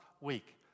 week